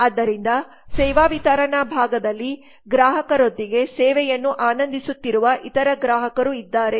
ಆದ್ದರಿಂದ ಸೇವಾ ವಿತರಣಾ ಭಾಗದಲ್ಲಿ ಗ್ರಾಹಕರೊಂದಿಗೆ ಸೇವೆಯನ್ನು ಆನಂದಿಸುತ್ತಿರುವ ಇತರ ಗ್ರಾಹಕರೂ ಇದ್ದಾರೆ